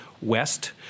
West